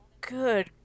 good